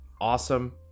awesome